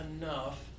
enough